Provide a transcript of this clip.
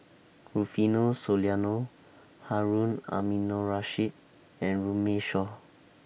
Rufino Soliano Harun Aminurrashid and Runme Shaw